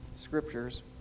scriptures